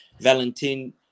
Valentin